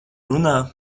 runā